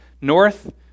north